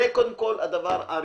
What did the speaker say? זה קודם כול הדבר הראשון.